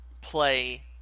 play